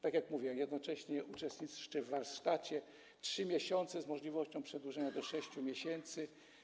Tak jak mówię, jednocześnie uczestniczy w warsztacie - 3 miesiące z możliwością przedłużenia do 6 miesięcy.